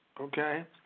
okay